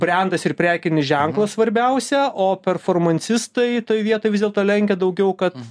brendas ir prekinis ženklas svarbiausia o performansistai toj vietoj vis dėlto lenkia daugiau kad